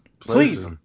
Please